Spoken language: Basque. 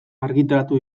argitaratu